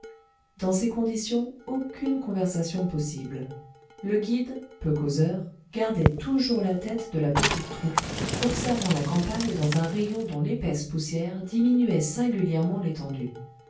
dans ces conditions aucune conversation possible le guide peu causeur gardait toujours la tête de la petite troupe observant la campagne dans un rayon dont l'épaisse poussière diminuait singulièrement l'étendue